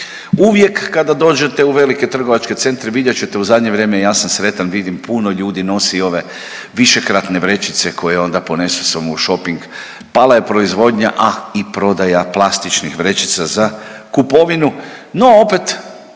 Uvijek kada dođete u velike trgovačke centre vidjet ćete u zadnje vrijeme, ja sam sretan, vidim puno ljudi nosi ove višekratne vrećice koje onda ponesu sa sobom u šoping. Pala je proizvodnja, a i prodaja plastičnih vrećica za kupovinu, no opet